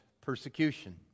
persecution